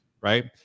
right